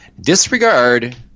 disregard